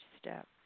step